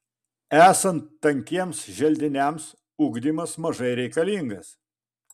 esant tankiems želdiniams ugdymas mažai reikalingas